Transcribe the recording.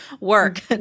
work